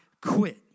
quit